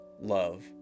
love